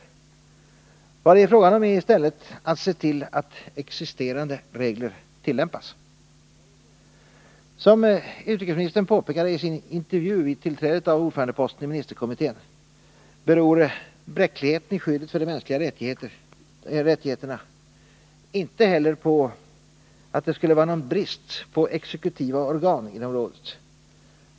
I stället är det fråga om att se till att existerande regler tillämpas. Som utrikesministern påpekade i sin intervju vid tillträdet av ordförandeposten i ministerkommittén beror bräckligheten i skyddet för de mänskliga rättigheterna inte heller på att det skulle vara någon brist på ”exekutiva organ” inom rådet.